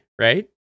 right